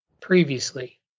previously